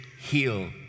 heal